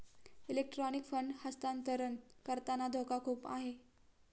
electronic fund हस्तांतरण करताना धोका खूप आहे